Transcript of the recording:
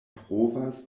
provas